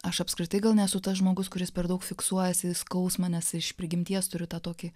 aš apskritai gal nesu tas žmogus kuris per daug fiksuojasi skausmą nes iš prigimties turiu tą tokį